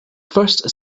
first